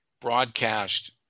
broadcast